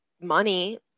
money